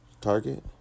Target